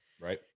Right